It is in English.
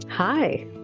Hi